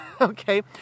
Okay